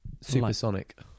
Supersonic